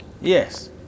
Yes